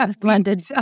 Blended